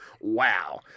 wow